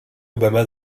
obama